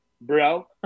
bro